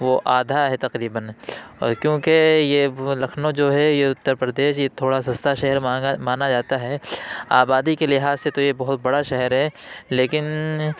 وہ آدھا ہے تقریباً اور کیونکہ یہ وہ لکھنؤ جو ہے یہ اتر پردیش یہ تھوڑا سستا شہر مانگا مانا جاتا ہے آبادی کے لحاظ سے تو یہ بہت بڑا شہر ہے لیکن